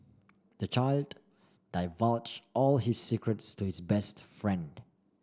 the child divulge all his secrets to his best friend